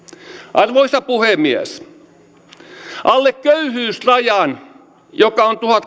arvoisa puhemies alle köyhyysrajan joka on